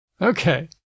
Okay